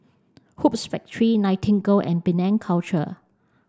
Hoops Factory Nightingale and Penang Culture